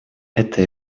эта